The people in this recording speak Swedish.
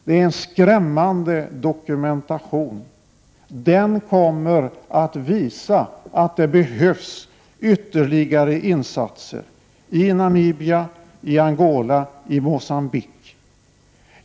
Det är en skrämmande dokumentation, som kommer att visa att det behövs ytterligare insatser i Namibia, Angola och Mogambique.